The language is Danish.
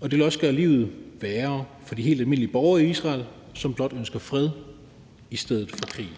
og det vil også gøre livet værre for de helt almindelige borgere i Israel, som blot ønsker fred i stedet for krig.